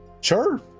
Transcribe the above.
Sure